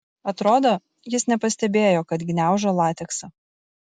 atrodo jis nepastebėjo kad gniaužo lateksą